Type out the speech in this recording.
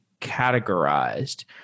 categorized